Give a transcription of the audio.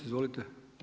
Izvolite.